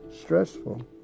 stressful